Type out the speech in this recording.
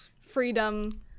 freedom